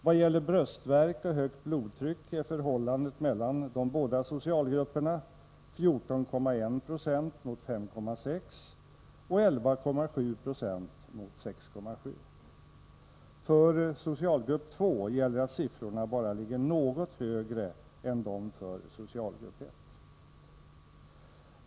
Vad gäller bröstvärk och högt blodtryck är förhållandet mellan de båda socialgrupperna 14,1 96 mot 5,6 70 och 11,7 70 mot 6,7 20. För socialgrupp 2 gäller att siffrorna bara ligger något högre än de för socialgrupp 1.